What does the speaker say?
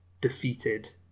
defeated